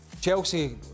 Chelsea